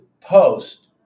post